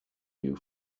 you